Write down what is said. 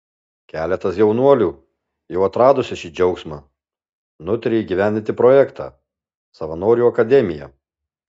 keletas jaunuolių jau atradusių šį džiaugsmą nutarė įgyvendinti projektą savanorių akademija